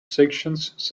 sections